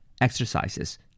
Exercises